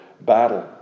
battle